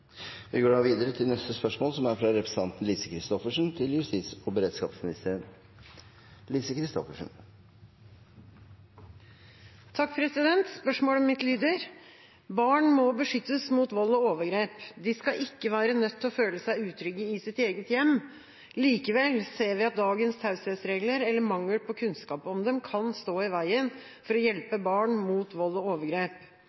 Spørsmålet mitt lyder: «Barn må beskyttes mot vold og overgrep. De skal ikke være nødt til å føle seg utrygge i sitt eget hjem. Likevel ser vi at dagens taushetsregler, eller mangel på kunnskap om dem, kan stå i veien for å